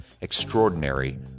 Extraordinary